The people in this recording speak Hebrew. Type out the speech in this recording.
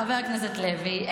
חבר הכנסת לוי,